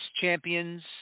champions